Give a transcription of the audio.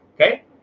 okay